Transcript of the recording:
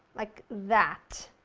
like that.